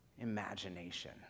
imagination